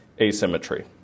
asymmetry